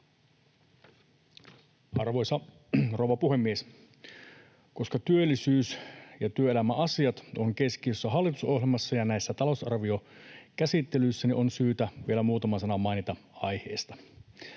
Arvoisa rouva puhemies! Koska työllisyys ja työelämäasiat ovat keskiössä hallitusohjelmassa ja näissä talousarviokäsittelyissä, on syytä vielä muutama sana mainita aiheesta.